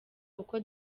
uko